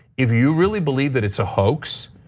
if you really believe that it's a hoax,